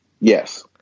Yes